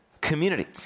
community